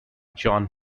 john